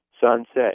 sunset